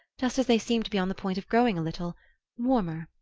just as they seem to be on the point of growing a little warmer?